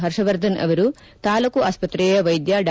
ಹರ್ಷವರ್ಧನ್ ಅವರು ತಾಲೂಕು ಆಸ್ವತ್ರೆಯ ವೈದ್ಯ ಡಾ